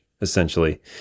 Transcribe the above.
essentially